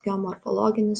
geomorfologinis